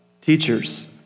teachers